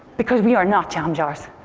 because we are not jam jars.